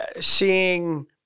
seeing